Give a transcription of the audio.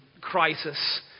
crisis